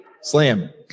Slam